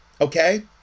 Okay